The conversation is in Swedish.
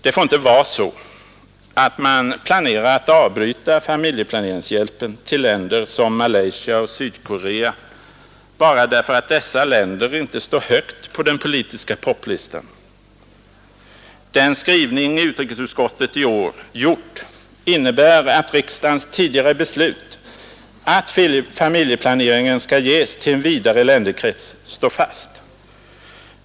Det får inte vara så, att man planerar att avbryta familjeplaneringshjälpen till länder som Malaysia och Sydkorea bara därför att dessa länder inte står högt på den politiska poplistan. Den skrivning utrikesutskottet i år gjort innebär att riksdagens tidigare beslut, att familjeplaneringen skall ges till en vidare länderkets, står fast.